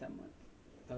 mm